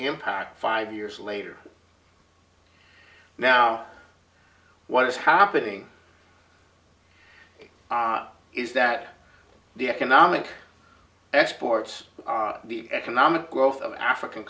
impact five years later now what is happening is that the economic exports the economic growth of african